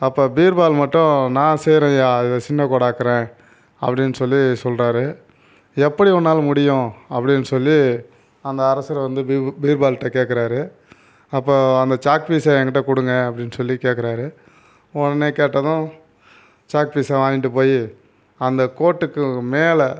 அப்போ பீர்பால் மட்டும் நான் செய்றேன்யா இதை சின்ன கோடாக்குறேன் அப்படின்னு சொல்லி சொல்கிறாரு எப்படி உன்னால் முடியும் அப்படின்னு சொல்லி அந்த அரசர் வந்து பீ பீர்பால்கிட்ட கேட்குறாரு அப்போது அந்த சாக்பீஸை எங்கிட்ட கொடுங்க அப்படின்னு சொல்லி கேட்குறாரு உடனே கேட்டதும் சாக்பீஸை வாங்கிட்டு போய் அந்தக் கோட்டுக்கு மேல்